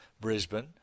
Brisbane